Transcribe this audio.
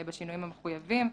בשינויים המחויבים.